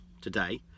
today